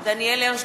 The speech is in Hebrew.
(קוראת בשמות חברי הכנסת) דניאל הרשקוביץ,